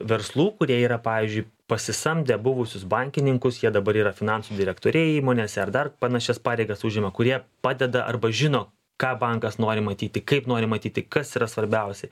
verslų kurie yra pavyzdžiui pasisamdę buvusius bankininkus jie dabar yra finansų direktoriai įmonėse ar dar panašias pareigas užima kurie padeda arba žino ką bankas nori matyti kaip nori matyti kas yra svarbiausi